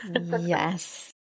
Yes